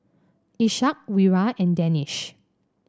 Ishak Wira and Danish